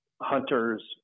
Hunters